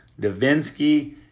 Davinsky